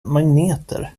magneter